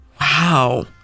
Wow